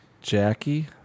Jackie